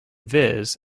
viz